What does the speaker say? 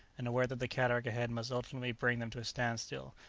and aware that the cataract ahead must ultimately bring them to a standstill,